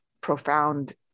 profound